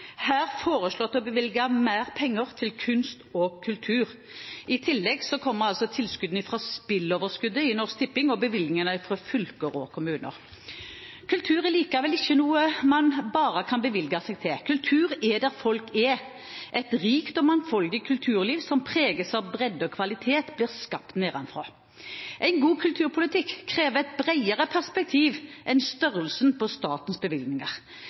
her foreslått å bevilge mer penger til kunst og kultur. I tillegg kommer tilskuddene fra spilleoverskuddet i Norsk Tipping og bevilgningene fra fylker og kommuner. Kultur er likevel ikke noe man bare kan bevilge seg til. Kultur er der folk er, et rikt og mangfoldig kulturliv som preges av bredde og kvalitet, blir skapt nedenfra. En god kulturpolitikk krever et bredere perspektiv enn størrelsen på statens bevilgninger.